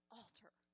altar